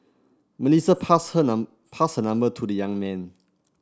Melissa passed her pass her number to the young man